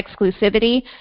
exclusivity